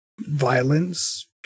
violence